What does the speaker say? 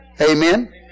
Amen